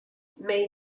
may